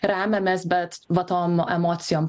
remiamės bet va tom emocijom